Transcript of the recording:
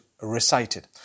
recited